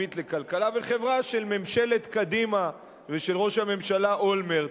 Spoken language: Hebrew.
הלאומית לכלכלה וחברה של ממשלת קדימה ושל ראש הממשלה אולמרט,